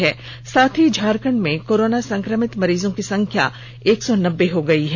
इसके साथ ही झारखंड में कोरोना संकमित मरीजों की संख्या एक सौ नब्बे हो गयी है